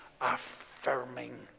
affirming